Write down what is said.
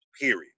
Period